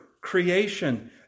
creation